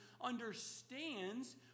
understands